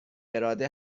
اراده